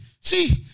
see